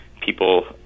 people